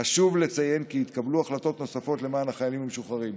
חשוב לציין כי התקבלו החלטות נוספות למען החיילים המשוחררים: